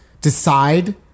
decide